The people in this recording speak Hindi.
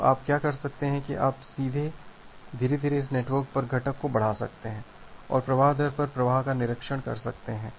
तो आप क्या कर सकते हैं कि आप धीरे धीरे इस नेटवर्क दर घटक को बढ़ा सकते हैं और प्रवाह दर पर प्रभाव का निरीक्षण कर सकते हैं